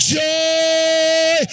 joy